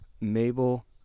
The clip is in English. Mabel